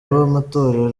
b’amatorero